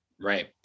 right